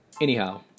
Anyhow